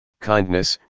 kindness